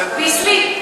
"ביסלי".